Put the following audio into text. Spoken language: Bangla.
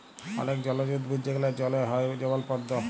অলেক জলজ উদ্ভিদ যেগলা জলে হ্যয় যেমল পদ্দ